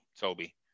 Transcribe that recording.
Toby